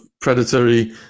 predatory